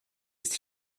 ist